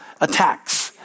attacks